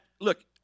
look